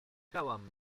czekałam